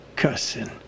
cussing